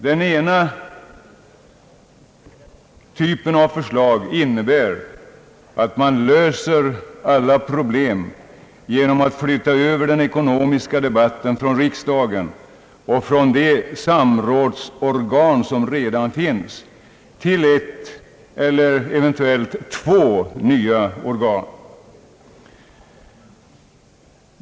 Den ena typen av förslag innebär att man löser alla problem genom att flytta över den ekonomiska debatten från riksdagen och från de samrådsorgan som redan finns till ett eller eventuellt två nya organ.